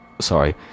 Sorry